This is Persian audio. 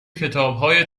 کتابهای